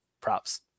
props